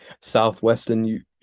Southwestern